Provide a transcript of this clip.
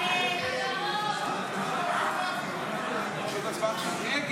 חוק לעידוד השקעות הון